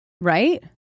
right